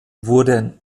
wurden